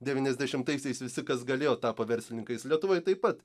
devyniasdešimtaisiais visi kas galėjo tapo verslininkais lietuvoj taip pat